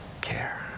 care